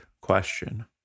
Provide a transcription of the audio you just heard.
question